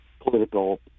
political